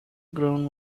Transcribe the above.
ground